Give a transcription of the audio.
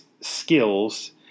skills